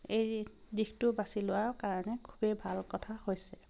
এই দিশটো বাছি লোৱাৰ কাৰণে খুবেই ভাল কথা হৈছে